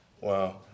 wow